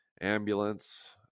ambulance